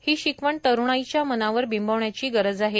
ही शिकवण तरुणाईच्या मनावर बिंबवण्याची गरज आहे